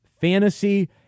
fantasy